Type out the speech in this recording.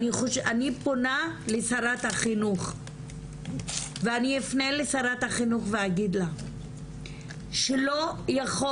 אני פונה לשרת החינוך ואני אפנה לשרת החינוך ואגיד לה שלא יכול